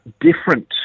different